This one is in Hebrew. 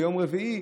ביום רביעי,